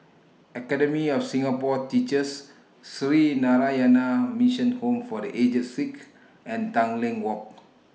Academy of Singapore Teachers Sree Narayana Mission Home For The Aged Sick and Tanglin Walk